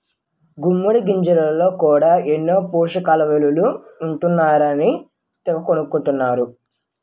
గుమ్మిడి గింజల్లో కూడా ఎన్నో పోసకయిలువలు ఉంటాయన్నారని తెగ కొంటన్నరు